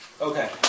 Okay